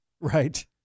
Right